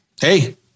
Hey